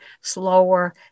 slower